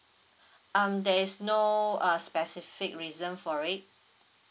um there is no uh specific reason for it